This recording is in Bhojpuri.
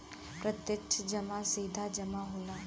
प्रत्यक्ष जमा सीधा जमा होला